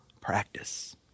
practice